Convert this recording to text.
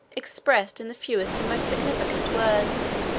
expressed in the fewest and most significant words